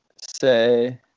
say